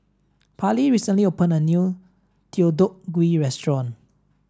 Parlee recently opened a new Deodeok Gui Restaurant